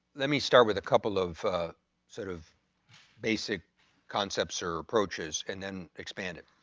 let me start with a couple of sort of basic concepts or approaches and then expand it.